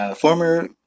former